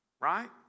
Right